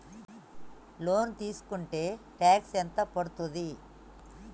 Loan తీస్కుంటే tax ఎంత పడ్తుంది?